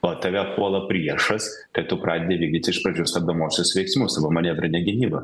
o tave puola priešas tai tu pradedi vykdyti iš pradžių stabdomuosius veiksmus savo manevrinę gynybą